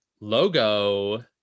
logo